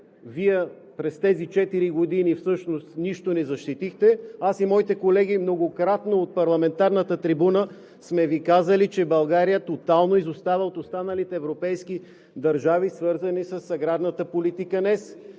което през тези четири години Вие всъщност нищо не защитихте. Аз и моите колеги многократно от парламентарната трибуна сме Ви казвали, че България тотално изостава от останалите европейски държави, свързани с аграрната политика на